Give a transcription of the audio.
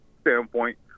standpoint